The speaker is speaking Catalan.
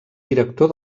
director